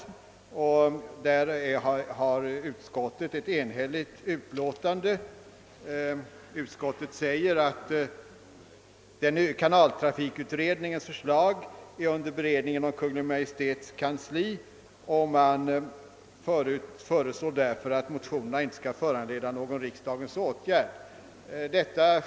Utskottet skriver där i sitt enhälliga utlåtande att kanaltrafikutredningens förslag är under beredning i Kungl. Maj:ts kansli, och utskottet föreslår därför att motionerna inte skall föranleda någon riksdagens åtgärd.